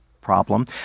problem